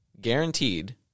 guaranteed